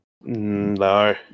no